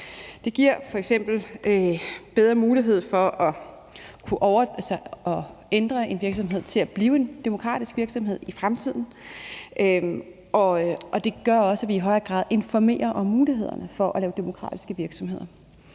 Det giver f.eks. bedre mulighed for at ændre en virksomhed til at blive en demokratisk virksomhed i fremtiden, og det gør også, at vi i højere grad informerer om mulighederne for at lave demokratiske virksomheder.